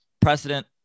precedent